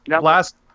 last